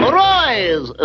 Arise